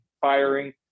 firing